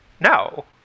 No